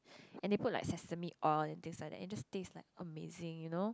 and they put like sesame oil this like that it just taste like amazing you know